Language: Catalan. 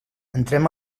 entrem